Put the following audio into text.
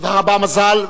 תודה רבה, מזל.